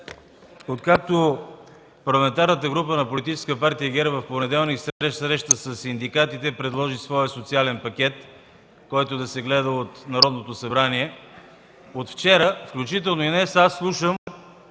Откакто Парламентарната група на Политическа партия ГЕРБ в понеделник, след среща със синдикатите, предложи своя социален пакет, който да се гледа от Народното събрание, от вчера, а и днес слушам,